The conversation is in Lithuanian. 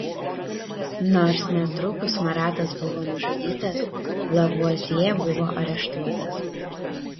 nors netrukus maratas buvo nužudytas lavuazjė buvo areštuotas